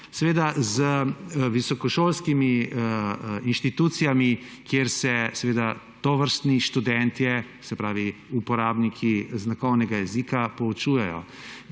je z visokošolskimi institucijami, kjer se tovrstni študentje, se pravi uporabniki znakovnega jezika, poučujejo.